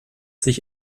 sich